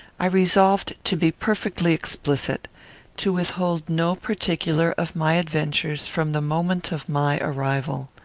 i resolved to be perfectly explicit to withhold no particular of my adventures from the moment of my arrival.